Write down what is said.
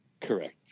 Correct